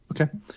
Okay